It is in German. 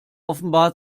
offenbar